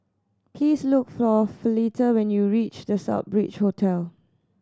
please look for Fleta when you reach The Southbridge Hotel